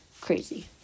crazy